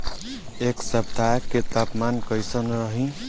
एह सप्ताह के तापमान कईसन रही?